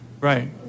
Right